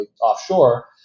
offshore